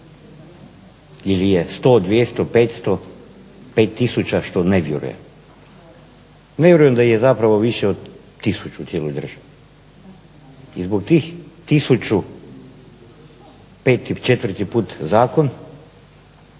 Ili je 100, 200, 500, 5 tisuća – što ne vjerujem. Ne vjerujem da ih je zapravo više od 1000 u cijeloj državi. I zbog tih 1000 peti,